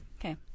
Okay